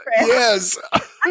Yes